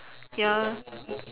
ya